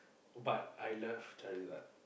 but I love Charizard